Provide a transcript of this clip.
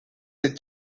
est